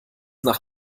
nach